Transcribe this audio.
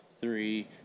three